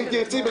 אם תרצי,